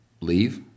leave